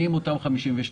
מי הם אותם 52%?